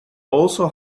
also